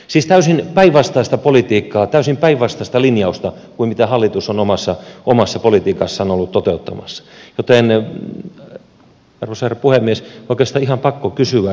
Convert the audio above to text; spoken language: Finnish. siis täysin päinvastaista politiikkaa täysin päinvastaista linjausta kuin mitä hallitus on omassa politiikassaan ollut toteuttamassa joten arvoisa herra puhemies oikeastaan on ihan pakko kysyä